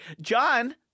John